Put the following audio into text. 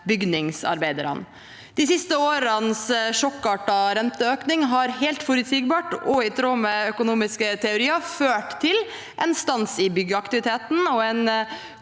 bygningsarbeiderne. De siste årenes sjokkartede renteøkninger har helt forutsigbart og i tråd med økonomiske teorier ført til en stans i byggeaktiviteten og en